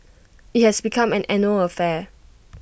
IT has become an annual affair